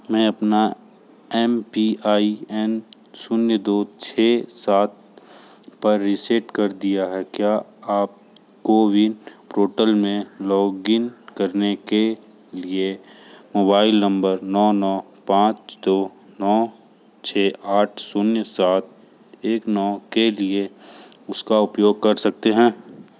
मैं अपना M P I N शून्य दो छ सात पर रिसेट कर दिया है क्या आप कोविन पोर्टल में लॉग इन करने के लिए मोबाइल नम्बर नौ नौ पाँच दो नौ छ आठ शून्य सात एक नौ के लिए उसका उपयोग कर सकते हैं